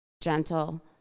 gentle